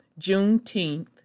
Juneteenth